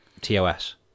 TOS